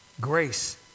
grace